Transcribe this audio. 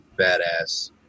badass